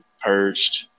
purged